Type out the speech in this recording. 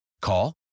Call